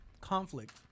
Conflict